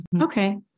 Okay